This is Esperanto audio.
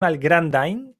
malgrandajn